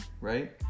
right